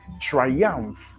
triumph